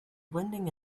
blending